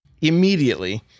immediately